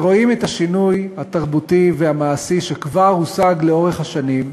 ורואים את השינוי התרבותי והמעשי שכבר הושג לאורך השנים,